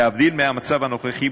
להבדיל מהמצב הנוכחי,